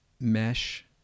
mesh